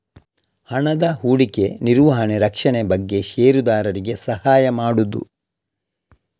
ಹಣದ ಹೂಡಿಕೆ, ನಿರ್ವಹಣೆ, ರಕ್ಷಣೆ ಬಗ್ಗೆ ಷೇರುದಾರರಿಗೆ ಸಹಾಯ ಮಾಡುದು